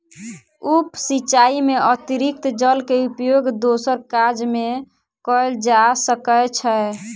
उप सिचाई में अतरिक्त जल के उपयोग दोसर काज में कयल जा सकै छै